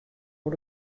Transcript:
oer